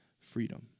freedom